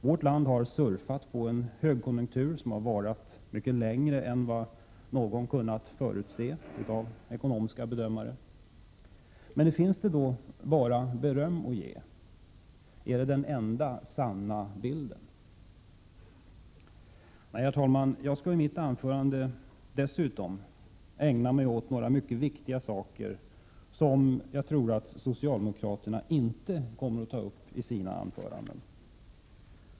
Vårt land har surfat på en högkonjunktur som varat mycket längre än ekonomiska bedömare kunnat förutse. Men finns det då bara beröm att ge? Är det den enda sanna bilden? Nej, herr talman! Jag skall i mitt anförande dessutom ägna mig åt några mycket viktiga saker som socialdemokraterna förmodligen inte kommer att ta upp i sina anföranden.